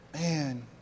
Man